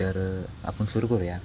तर आपण सुरू करूया